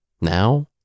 Now